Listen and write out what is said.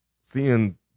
seeing